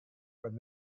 but